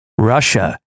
Russia